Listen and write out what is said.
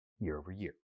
year-over-year